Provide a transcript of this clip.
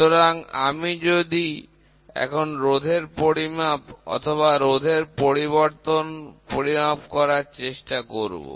সুতরাং আমি এখন রোধের পরিমাপ অথবা রোধের পরিবর্তন পরিমাপ করার চেষ্টা করব